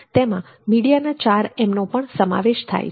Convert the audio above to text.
તેમાં મીડિયાના ચાર એમ 4 નો પણ સમાવેશ થાય છે